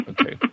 Okay